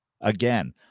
Again